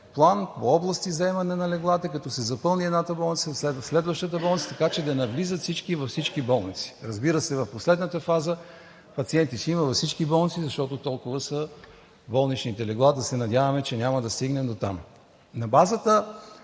план – по области заемане на леглата, като се запълни едната болница, следващата болница, така че да навлизат всички във всички болници. Разбира се, в последната фаза пациенти ще има във всички болници, защото толкова са болничните легла. Да се надяваме, че няма да стигнем дотам. На базата